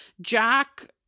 Jack